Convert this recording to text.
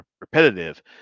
repetitive